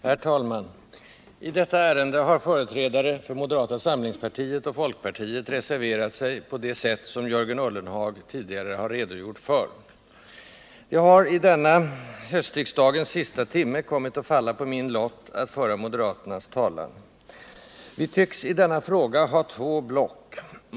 Herr talman! I detta ärende har företrädare för moderata samlingspartiet och folkpartiet reserverat sig på det sätt som Jörgen Ullenhag tidigare har redogjort för. Det har i denna höstriksdagens sista timme kommit att falla på min lott att föra moderaternas talan. Vi tycks i denna fråga ha två block.